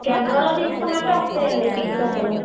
camera లో తీసుకునటై వస్తాయి అండి పిక్స్ అసలు